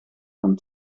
van